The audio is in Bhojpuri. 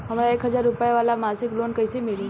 हमरा एक हज़ार रुपया वाला मासिक लोन कईसे मिली?